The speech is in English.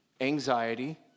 anxiety